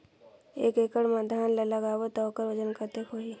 एक एकड़ मा धान ला लगाबो ता ओकर वजन हर कते होही?